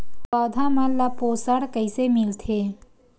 पौधा मन ला पोषण कइसे मिलथे?